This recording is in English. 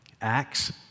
Acts